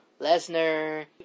Lesnar